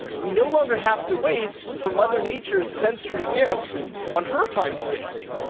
we no longer have to wait for mother nature's sensory gifts on her timescales,